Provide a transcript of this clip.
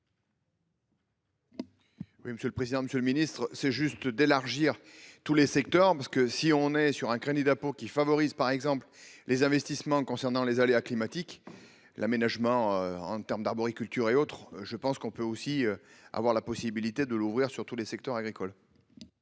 Oui, monsieur le président, Monsieur le Ministre, c'est juste d'élargir tous les secteurs, parce que si on est sur un crédit d'impôt qui favorise par exemple les investissements concernant les aléas climatiques. L'aménagement en termes d'arboriculture et autres je pense qu'on peut aussi avoir la possibilité de l'ouvrir sur tous les secteurs agricoles.